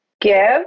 give